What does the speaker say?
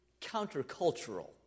countercultural